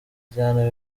cyane